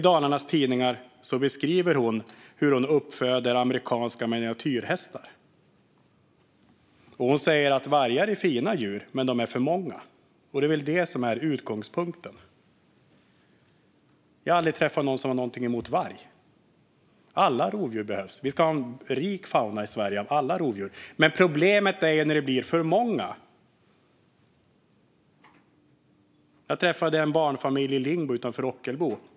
I Dalarnas Tidningar beskriver hon hur hon föder upp amerikanska miniatyrhästar. Hon säger att vargar är fina djur, men de är för många. Det är väl detta som är utgångspunkten. Jag har aldrig träffat någon som har något emot varg. Alla rovdjur behövs. Vi ska ha en rik fauna i Sverige med alla rovdjur. Men problemet är när de blir för många. Jag träffade en barnfamilj i Lingbo, utanför Ockelbo.